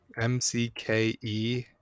M-C-K-E